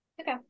Okay